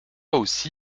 aussi